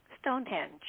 Stonehenge